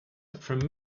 for